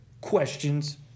questions